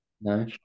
No